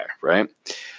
right